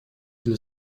для